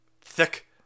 Thick